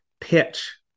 pitch